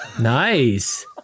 Nice